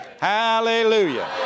Hallelujah